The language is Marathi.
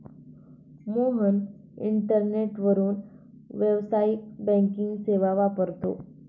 मोहन इंटरनेटवरून व्यावसायिक बँकिंग सेवा वापरतो